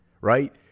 right